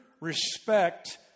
respect